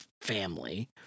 family